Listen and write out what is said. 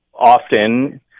often